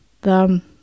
the-